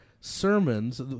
sermons